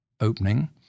opening